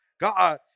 God